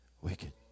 wicked